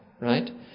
right